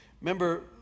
remember